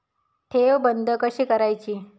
ठेव बंद कशी करायची?